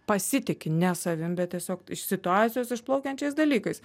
pasitiki ne savim bet tiesiog iš situacijos išplaukiančiais dalykais